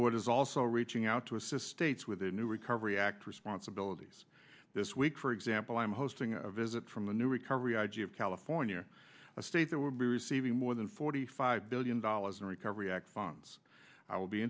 is also reaching out to assist states with new recovery act responsibilities this week for example i'm hosting a visit from the new recovery i g of california a state that will be receiving more than forty five billion dollars in recovery act funds i will be